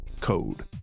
code